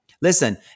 Listen